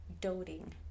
doting